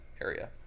area